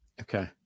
Okay